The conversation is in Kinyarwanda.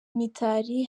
mitali